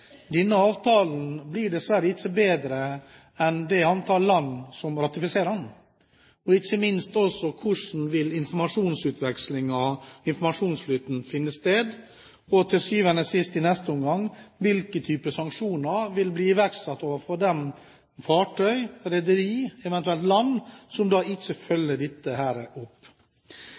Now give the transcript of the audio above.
denne avtalen blir dessverre ikke bedre enn det det antallet land som ratifiserer den, gjør den til – ikke minst hvordan informasjonsutvekslingen og informasjonsflyten vil bli, og hvilke typer sanksjoner som til sjuende og sist vil bli iverksatt mot de fartøyer, rederier, eventuelt land som ikke følger dette opp.